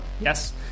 Yes